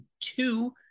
two